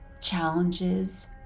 challenges